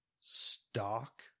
stock